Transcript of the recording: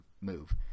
move